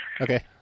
Okay